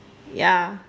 ya